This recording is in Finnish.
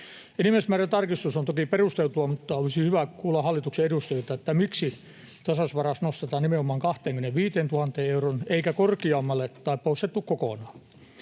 Enimmäismäärän tarkistus on toki perusteltua, mutta olisi hyvä kuulla hallituksen edustajilta, miksi tasausvaraus nostetaan nimenomaan 25 000 euroon eikä korkeammalle tai poisteta kokonaan.